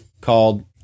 called